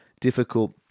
difficult